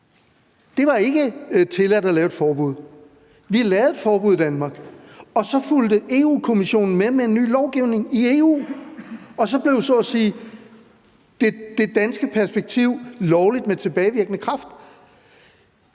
Det var ikke tilladt at lave et forbud. Vi lavede et forbud i Danmark, og så fulgte Europa-Kommissionen med med en ny lovgivning i EU. Så blev det danske perspektiv så at sige lovligt med tilbagevirkende kraft.